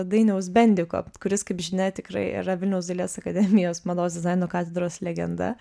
dainiaus bendiko kuris kaip žinia tikrai yra vilniaus dailės akademijos mados dizaino katedros legenda